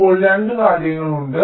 ഇപ്പോൾ 2 കാര്യങ്ങൾ ഉണ്ട്